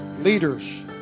leaders